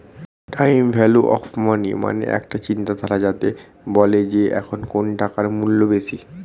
time value of money মানে একটা চিন্তাধারা যাতে বলে যে এখন কোন টাকার মূল্য বেশি